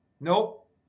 Nope